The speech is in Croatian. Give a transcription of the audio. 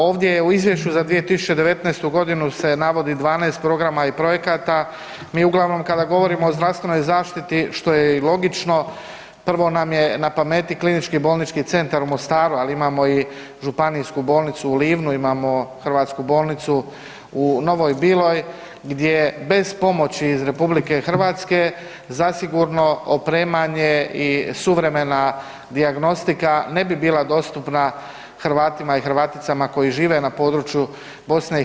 Ovdje u izvješću za 2019. godinu se navodi 12 programa i projekata, mi uglavnom kada govorimo o zdravstvenoj zaštiti što je i logično prvo nam je na pameti Klinički bolnički centar u Mostaru, ali imamo i Županijsku bolnicu u Livnu, imamo Hrvatsku bolnicu u Novoj Biloj gdje bez pomoći iz RH zasigurno opremanje i suvremena dijagnostika ne bi bila dostupna Hrvatima i Hrvaticama koji žive na području BiH.